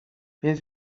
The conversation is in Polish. więc